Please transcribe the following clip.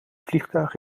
vliegtuig